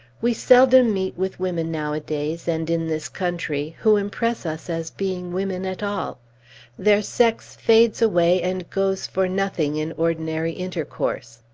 we seldom meet with women nowadays, and in this country, who impress us as being women at all their sex fades away and goes for nothing, in ordinary intercourse.